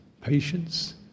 patience